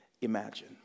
imagine